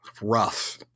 rough